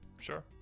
Sure